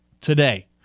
today